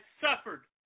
suffered